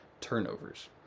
turnovers